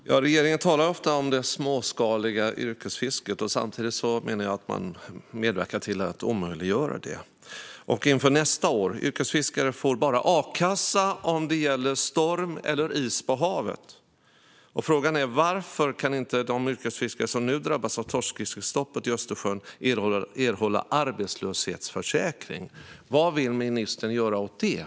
Fru talman! Regeringen talar ofta om det småskaliga yrkesfisket samtidigt som man, menar jag, medverkar till att omöjliggöra det. Inför nästa år: Yrkesfiskare får a-kassa bara om det är storm eller is på havet. Frågan är varför de yrkesfiskare som nu drabbas av torskfiskestoppet i Östersjön inte kan erhålla arbetslöshetsförsäkring. Vad vill ministern göra åt detta?